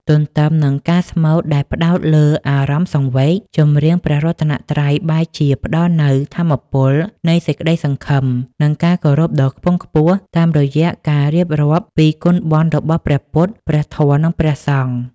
ទន្ទឹមនឹងការស្មូតដែលផ្ដោតលើអារម្មណ៍សង្វេគ ចម្រៀងព្រះរតនត្រ័យបែរជាផ្តល់នូវថាមពលនៃសេចក្តីសង្ឃឹម និងការគោរពដ៏ខ្ពង់ខ្ពស់តាមរយៈការរៀបរាប់ពីគុណបុណ្យរបស់ព្រះពុទ្ធ ព្រះធម៌ និងព្រះសង្ឃ។